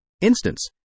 instance